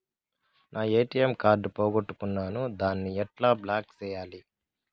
నా ATM card పోగొట్టుకున్నాను, దాన్ని ఎట్లా బ్లాక్ సేయాలి?